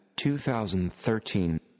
2013